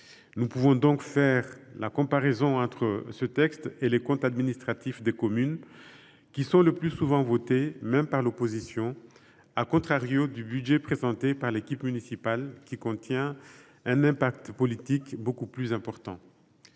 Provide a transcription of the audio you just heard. Nous pouvons donc faire la comparaison entre ce texte et les comptes administratifs des communes, qui sont le plus souvent votés, même par l’opposition, du budget présenté par l’équipe municipale, dont l’impact politique est beaucoup plus important: